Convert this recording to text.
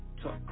talk